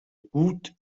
بود